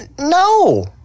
No